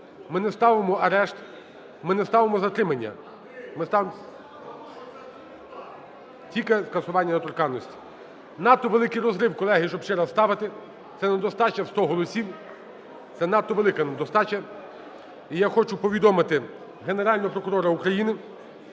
Ми не ставимо арешт, ми не ставимо затримання, ми ставимо тільки скасування недоторканності. Надто великий розрив, колеги, щоб ще раз ставити. Це недостача в 100 голосів, це надто велика недостача. І я хочу повідомити Генеральному прокурору України,